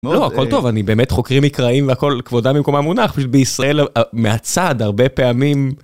לא, הכל טוב, אני באמת חוקרים מקראיים, והכל כבודם במקומם מונח, יש בישראל, מהצד, הרבה פעמים...